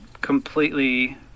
completely